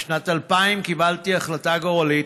בשנת 2000 קיבלתי החלטה גורלית: